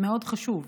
מאוד חשוב,